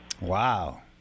Wow